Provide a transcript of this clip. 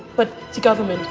but the government